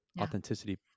authenticity